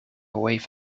wave